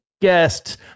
guest